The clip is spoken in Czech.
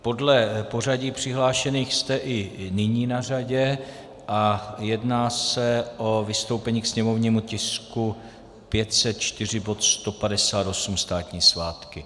Podle pořadí přihlášených jste i nyní na řadě a jedná se o vystoupení k sněmovnímu tisku 504, bod 158, státní svátky.